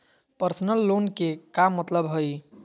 Personal loan के का मतलब हई?